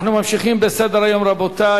אנחנו ממשיכים בסדר-היום, רבותי.